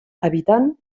evitant